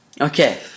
okay